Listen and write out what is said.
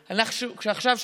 עכשיו,